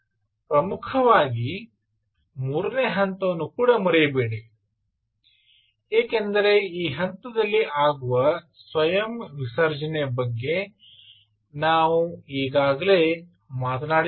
ಪ್ರಮುಖರಾಗಿ ಮೂರನೇ ಹಂತವನ್ನು ಮರೆಯಬೇಡಿ ಏಕೆಂದರೆ ಈ ಹಂತದಲ್ಲಿ ಆಗುವ ಸ್ವಯಂ ವಿಸರ್ಜನೆ ಬಗ್ಗೆ ನಾವು ಈಗಾಗಲೇ ಮಾತನಾಡಿದ್ದೇವೆ